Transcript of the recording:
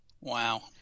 Wow